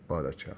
بہت اچھا